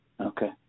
Okay